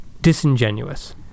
disingenuous